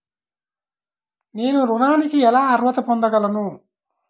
నేను ఋణానికి ఎలా అర్హత పొందగలను?